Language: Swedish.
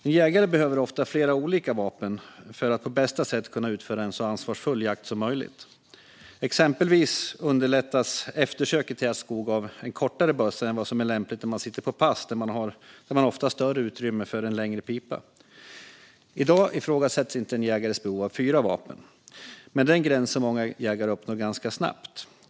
En jägare behöver ofta flera olika vapen för att på bästa sätt kunna utföra en så ansvarsfull jakt som möjligt. Exempelvis underlättas eftersök i tät skog av en kortare bössa än vad som är lämpligt när man sitter på pass, där man ofta har större utrymme för en längre pipa. I dag ifrågasätts inte en jägares behov av att ha fyra vapen. Det är en gräns som många jägare uppnår ganska snabbt.